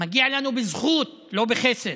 מגיע לנו בזכות ולא בחסד.